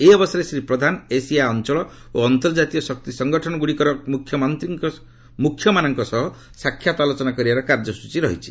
ଏହି ଅବସରରେ ଶ୍ରୀ ପ୍ରଧାନ ଏସିଆ ଅଞ୍ଚଳ ଓ ଅନ୍ତର୍ଜାତୀୟ ଶକ୍ତି ସଂଗଠନଗୁଡ଼ିକର ମୁଖ୍ୟମାନଙ୍କ ସହ ସାକ୍ଷାତ ଆଲୋଚନା କରିବାର କାର୍ଯ୍ୟସୂଚୀ ରହିଛି